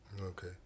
Okay